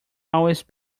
always